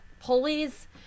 pulleys